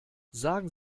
sagen